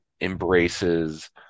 embraces